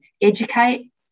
educate